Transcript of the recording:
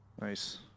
Nice